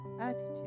attitude